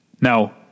Now